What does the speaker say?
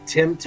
Tim